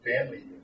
Family